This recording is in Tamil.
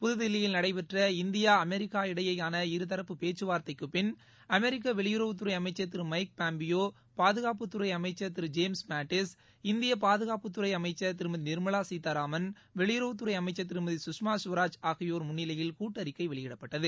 புதுதில்லியில் நடைபெற்ற இந்தியா அமெரிக்கா இடையேயான இருதரப்பு பேச்சுவார்த்தைக்குப் பின் அமெரிக்கவெளியுறவு அமைச்சர் திருமைக் பாம்பியோ பாதுகாப்புத்துறைஅமைச்சர் திருஜேம்ஸ் மாட்டிஸ் இந்தியபாதுகாப்புத்துறைஅமைச்ச் திருமதிநிர்மலாசீதாராமன் வெளியுறவுத்துறைஅமைச்ச் திருமதி கஷ்மா ஸ்வராஜ் ஆகியோர் முன்னிலையில் கூட்டறிக்கைவெளியிடப்பட்டது